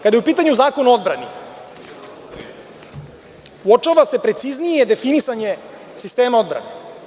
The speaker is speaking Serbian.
Kada je u pitanju Zakon o odbrani, uočava se preciznije definisanje sistema odbrane.